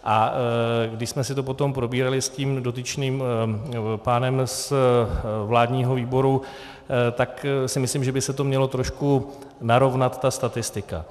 A když jsme si to potom probírali s dotyčným pánem z vládního výboru, tak si myslím, že by se to mělo trošku narovnat, ta statistika.